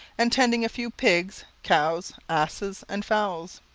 and tending a few pigs, cows, asses, and fowls.